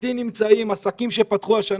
אתי נמצאים עסקים שפתחו השנה,